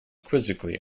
quizzically